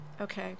okay